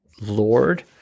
Lord